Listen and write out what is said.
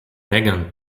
megan